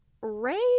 Ray